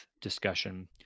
discussion